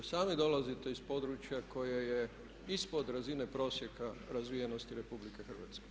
Sami dolazite iz područja koje je ispod razine prosjeka razvijenosti RH.